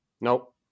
Nope